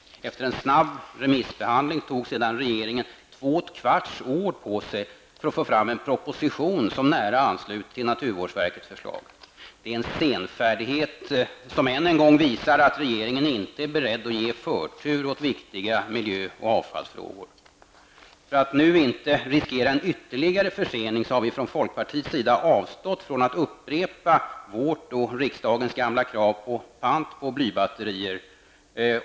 Efter en snabb remissbehandling tog sedan regeringen två och ett kvarts år på sig för att få fram en proposition, som nära ansluter sig till naturvårdsverkets förslag. Det är en senfärdighet som än en gång visar att regeringen inte är beredd att ge förtur åt viktiga miljö och avfallsfrågor. För att nu inte riskera en ytterligare försening har vi från folkpartiet liberalernas sida avstått från att upprepa vårt och riksdagens gamla krav på pant på blybatterier.